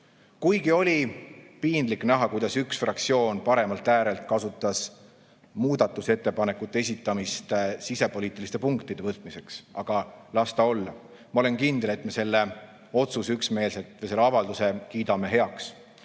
Kuigi oli piinlik näha, kuidas üks fraktsioon paremalt äärelt kasutas muudatusettepanekute esitamist sisepoliitiliste punktide võtmiseks, aga las ta olla. Ma olen kindel, et me üksmeelselt selle avalduse kiidame heaks.